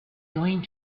going